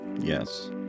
yes